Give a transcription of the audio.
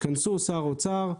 התכנסו שר האוצר,